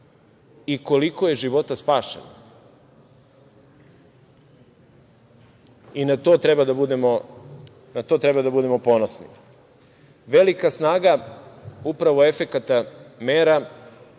i koliko je života spašeno. I na to treba da budemo ponosni. Velika snaga upravo efekata mera